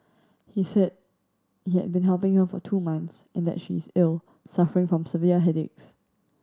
he said he had been helping her for two months and that she is ill suffering from severe headaches